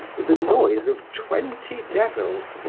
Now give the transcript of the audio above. with the noise of twenty devils,